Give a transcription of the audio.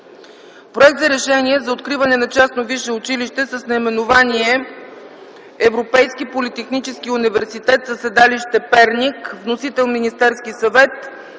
Проект за решение за откриване на частно висше училище с наименование Европейски политехнически университет със седалище Перник. Вносител е Министерският съвет.